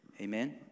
Amen